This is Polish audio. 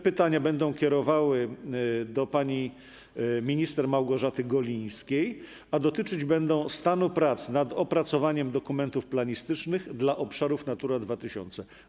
Pytanie będzie kierowane do pani minister Małgorzaty Golińskiej, a dotyczyć będzie stanu prac nad opracowaniem dokumentów planistycznych dla obszarów Natura 2000.